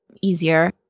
easier